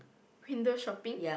window shopping